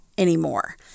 Anymore